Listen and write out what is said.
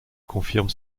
confirme